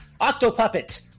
octopuppet